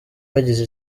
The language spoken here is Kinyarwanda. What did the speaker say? bagize